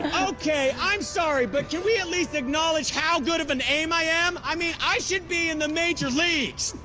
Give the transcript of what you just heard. okay, i'm sorry but can we at least acknowledge how good of an aim i am. i mean i should be in the major leagues.